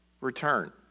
return